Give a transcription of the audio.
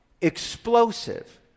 explosive